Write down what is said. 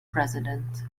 president